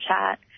chat